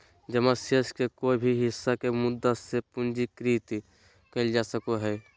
जमा शेष के कोय भी हिस्सा के मुद्दा से पूंजीकृत कइल जा सको हइ